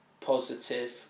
positive